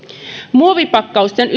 muovipakkausten